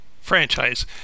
franchise